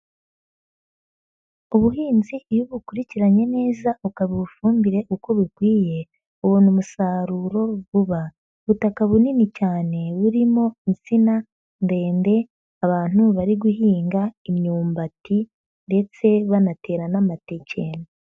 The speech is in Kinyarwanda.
Ubuhinzi iyo ubukurikiranye neza ukabuha ifumbire uko bikwiye ubona umusaruro vuba, ubutaka bunini cyane burimo insina ndende, abantu bari guhinga imyumbati ndetse banatera n'amateke.